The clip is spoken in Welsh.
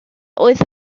oedd